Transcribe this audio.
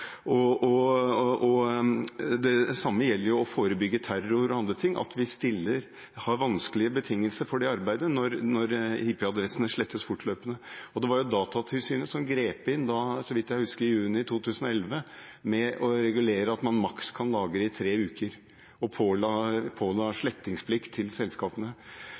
og andre ting, vi har vanskelige betingelser for det arbeidet når IP-adressene slettes fortløpende. Det var Datatilsynet som grep inn – i juni 2011, så vidt jeg husker – med å regulere, slik at man maks kunne lagre i tre uker og påla slettingsplikt til selskapene.